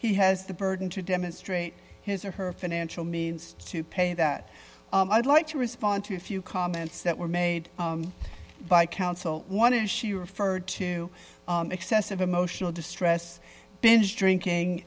he has the burden to demonstrate his or her financial means to pay that i'd like to respond to a few comments that were made by counsel wanted she referred to excessive emotional distress binge drinking